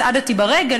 צעדתי ברגל,